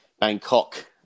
Bangkok